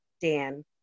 Dan